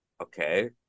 Okay